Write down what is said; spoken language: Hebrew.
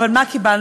אבל מה קיבלנו?